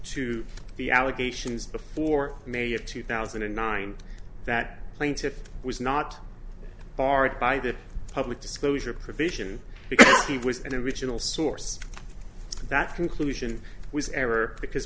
to the allegations before may of two thousand and nine that plaintiff was not barred by the public disclosure provision because he was an original source that conclusion was error because